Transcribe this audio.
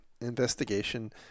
investigation